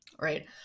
Right